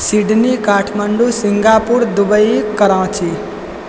Sydney Kathmandu Singapore Dubai Karachi